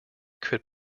could